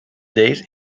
days